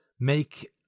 make